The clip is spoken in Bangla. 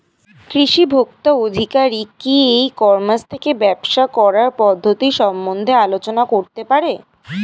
কৃষি ভোক্তা আধিকারিক কি ই কর্মাস থেকে ব্যবসা করার পদ্ধতি সম্বন্ধে আলোচনা করতে পারে?